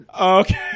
Okay